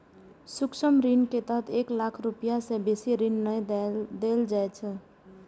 सूक्ष्म ऋण के तहत एक लाख रुपैया सं बेसी ऋण नै देल जाइ छै